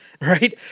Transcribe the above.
Right